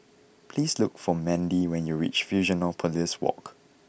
please look for Mandi when you reach Fusionopolis Walk